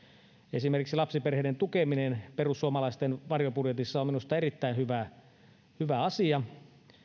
esimerkiksi lapsiperheiden tukeminen perussuomalaisten varjobudjetissa on minusta erittäin hyvä asia